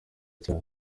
cyane